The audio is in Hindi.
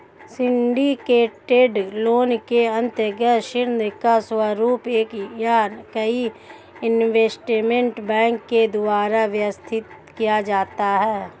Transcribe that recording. सिंडीकेटेड लोन के अंतर्गत ऋण का स्वरूप एक या कई इन्वेस्टमेंट बैंक के द्वारा व्यवस्थित किया जाता है